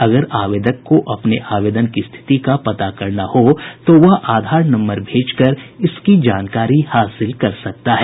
अगर आवेदक को अपने आवेदन की स्थिति का पता करना हो तो वह आधार नम्बर भेजकर इसकी जानकारी हासिल कर सकता है